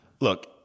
look